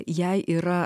jai yra